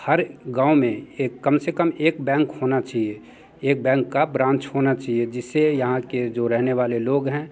हर गाँव में एक कम से कम एक बैंक होना चाहिए एक बैंक का ब्रांच होना चाहिए जिससे यहाँ के जो रहने वाले लोग हैं